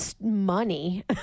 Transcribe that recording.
money